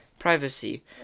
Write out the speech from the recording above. Privacy